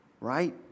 right